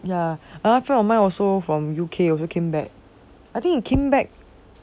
ya another of my friend also from U_K come back I think he came back